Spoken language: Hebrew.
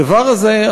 הדבר הזה,